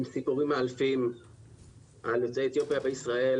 סיפורים מאלפים על יוצאי אתיופיה בישראל.